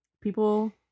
people